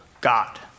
God